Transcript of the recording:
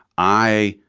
i,